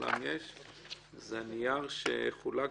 (1)עבירות שעונשן